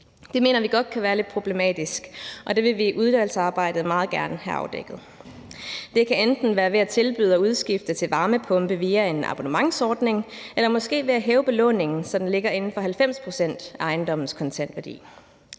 Det mener vi godt kan være lidt problematisk, og det vil vi i udvalgsarbejdet meget gerne have afdækket. Det kan enten være ved at tilbyde at skifte til en varmepumpe via en abonnementsordning eller måske ved at hæve belåningen, så den ligger inden for 90 pct. af ejendommens kontantværdi.